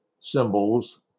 symbols